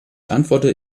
antworte